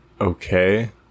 okay